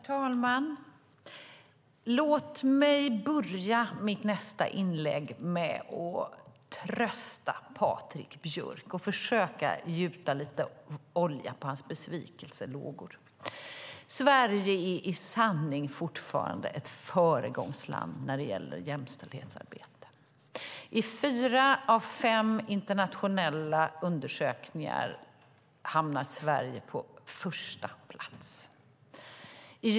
Herr talman! Låt mig börja det här inlägget med att trösta Patrik Björck och försöka gjuta lita olja på hans besvikelsevågor: Sverige är i sanning fortfarande ett föregångsland när det gäller jämställdhetsarbete. I fyra av fem internationella undersökningar hamnar Sverige på första plats.